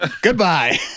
Goodbye